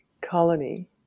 colony